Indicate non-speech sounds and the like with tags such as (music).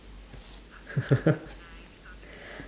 (laughs)